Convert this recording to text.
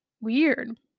weird